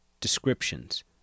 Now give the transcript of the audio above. descriptions